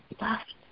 left